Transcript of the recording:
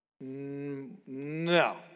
No